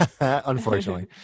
unfortunately